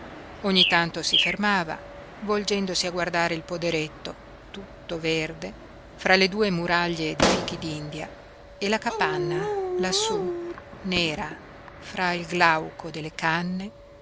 ogni tanto si fermava volgendosi a guardare il poderetto tutto verde fra le due muraglie di fichi d'india e la capanna lassú nera fra il glauco delle canne